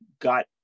got